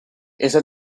esta